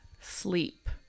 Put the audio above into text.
sleep